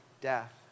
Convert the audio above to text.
death